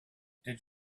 did